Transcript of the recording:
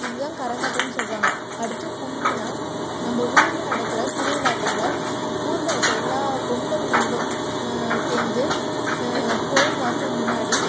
இது தான் கரகாட்டம்னு சொல்கிறாங்க அடுத்து கும்மினால் நம்ம ஊரில் நடக்கிற திருவிழாக்களில் ஊரில் இருக்கிற எல்லா பொம்பளை பிள்ளைங்களும் சேர்ந்து கோயில் வாசல் முன்னாடி